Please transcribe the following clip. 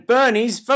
Bernie's